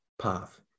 Path